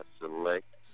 select